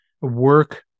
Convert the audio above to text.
work